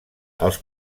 els